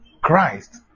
Christ